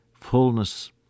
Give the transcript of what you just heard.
fullness